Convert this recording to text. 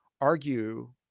argue